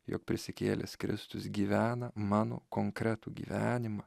jog prisikėlęs kristus gyvena mano konkretų gyvenimą